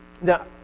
Now